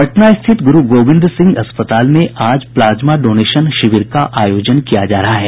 Patna city स्थित गुरू गोविंद सिंह अस्पताल में आज प्लाज्मा डोनेशन शिविर का आयोजन किया जा रहा है